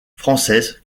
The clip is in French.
française